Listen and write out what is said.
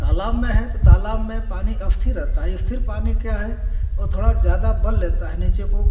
तालाब में है तो तालाब में पानी स्थिर रहता है स्थिर पानी क्या है ओ थोड़ा ज़्यादा बल लेता है नीचे को